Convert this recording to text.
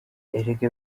erega